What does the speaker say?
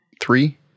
Three